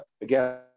again